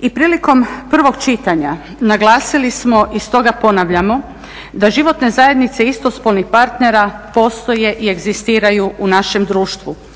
I prilikom prvog čitanja naglasili smo i stoga ponavljamo da životne zajednice istospolnih partnera postoje i egzistiraju u našem društvu,